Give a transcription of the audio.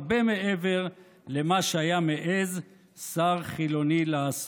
הרבה מעבר למה שהיה מעז שר חילוני לעשות.